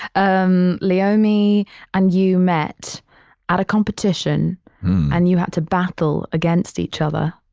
um leiomy and you met at a competition and you had to battle against each other.